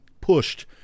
pushed